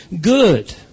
good